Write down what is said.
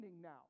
now